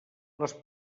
les